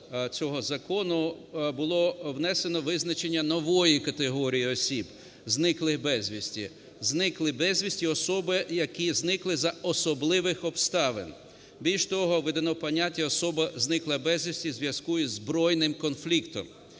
було внесено визначення нової категорії "осіб, зниклих безвісти". Зниклі безвісти – особи, які зникли за особливих обставин. Більше того, введено поняття "особа, зникла безвісти у зв'язку зі збройним конфліктом".